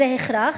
זה הכרח.